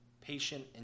Patient